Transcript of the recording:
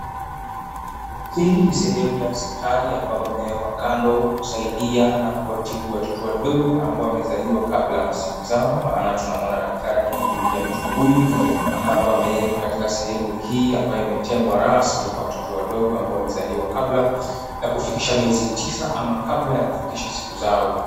Hii ni sehemu ya hospitali ambapo wameyekwa kando kusaidia na kuwatibu watoto wadogo ambao wamezaliwa kabla ya masiku zao maana tunamuona daktari akimhudumia mtoto huyu ambapo amewekwa katika sehemu hii ambayo imetengwa rasmi kwa watoto wadogo ambao walizaliwa kabla ya kufikisha miezi tisa ama kabla ya kufikisha siku zao.